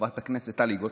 חברת הכנסת טלי גוטליב,